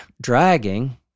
dragging